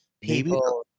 people